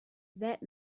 that